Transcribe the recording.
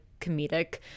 comedic